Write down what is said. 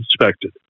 inspected